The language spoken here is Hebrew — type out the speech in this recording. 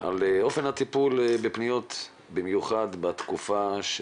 על אופן הטיפול בפניות במיוחד בתקופת הקורונה.